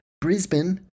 Brisbane